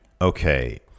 Okay